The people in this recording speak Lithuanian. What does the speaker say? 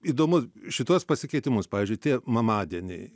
įdomu šituos pasikeitimus pavyzdžiui tie mamadieniai